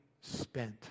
spent